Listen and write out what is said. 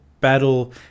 battle